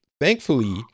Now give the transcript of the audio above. thankfully